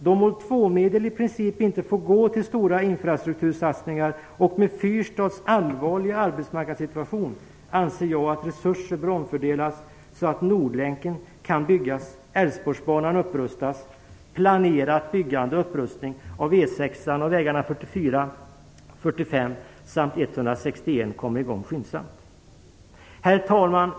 Då mål 2-medel i princip inte får gå till stora infrastruktursatsningar och med Fyrstads allvarliga arbetsmarknadssituation, anser jag att resurser bör omfördelas så att Nordlänken kan byggas, Älvsborgsbanan upprustas samt planerat byggande och upprustning av E 6 samt vägarna 44, 45 och 161 kommer i gång skyndsamt. Herr talman!